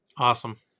Awesome